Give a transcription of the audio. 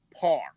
par